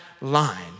line